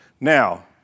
Now